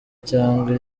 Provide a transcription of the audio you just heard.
cyangwa